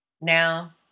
Now